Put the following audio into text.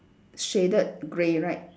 shaded grey right